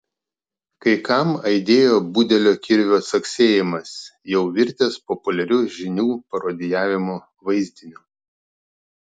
kai kam aidėjo budelio kirvio caksėjimas jau virtęs populiariu žinių parodijavimo vaizdiniu